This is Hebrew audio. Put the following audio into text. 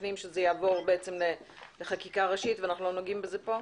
הפנים שזה יעבור לחקיקה ראשית ואנחנו לא נוגעים בזה פה?